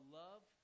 love